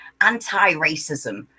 anti-racism